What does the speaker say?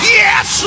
yes